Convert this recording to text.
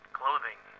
clothing